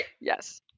Yes